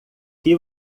que